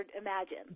imagine